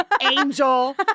angel